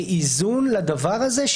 כאיזון לדבר הזה,